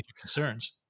concerns